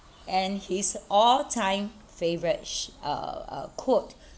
and his all time favourite uh uh quote